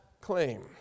claim